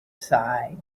side